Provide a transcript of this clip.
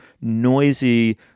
noisy